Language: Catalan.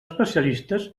especialistes